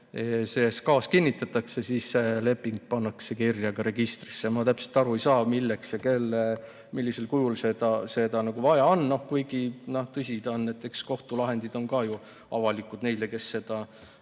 see SKA-s kinnitatakse, siis see leping pannakse kirja ka registrisse. Ma täpselt aru ei saa, milleks ja kellele ja millisel kujul seda vaja on, kuigi tõsi ta on, et eks kohtulahendid on ju ka avalikud neile, kes seda